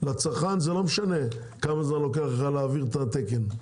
לצרכן זה לא משנה כמה זמן לוקח להעביר את התקן.